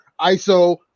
ISO